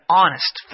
honest